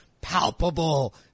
palpable